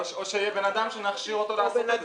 או שיהיה בן אדם שנכשיר אותו לעשות את זה.